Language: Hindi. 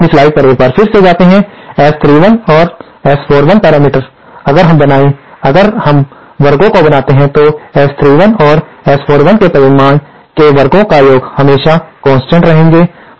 यदि हम अपनी स्लाइड्स पर एक बार फिर से जाते हैं S31 और S41 पैरामीटर अगर हम बनाए अगर हम वर्गों को बनाते हैं तो S31 और S41 के परिमाण के वर्गों का योग हमेशा कॉन्सटंट रहेंगे